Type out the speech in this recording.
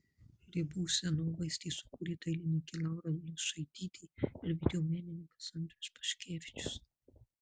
ribų scenovaizdį sukūrė dailininkė laura luišaitytė ir video menininkas andrius paškevičius